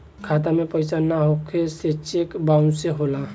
खाता में पइसा ना होखे से चेक बाउंसो होला